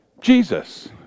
Jesus